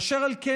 אשר על כן,